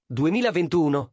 2021